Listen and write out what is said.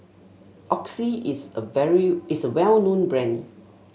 Oxy is a very is a well known brand